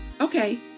Okay